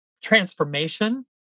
transformation